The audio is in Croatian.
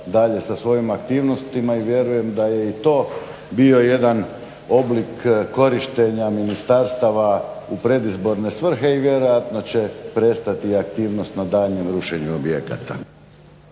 dalje sa svojim aktivnostima i vjerujem da je i to bio jedan oblik korištenja ministarstava u predizborne svrhe i vjerojatno će prestati aktivnost na daljnje rušenje objekata.